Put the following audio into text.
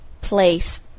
place